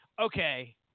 okay